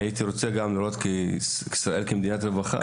אני רוצה לראות את ישראל כמדינת רווחה,